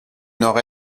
nord